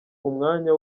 umwanya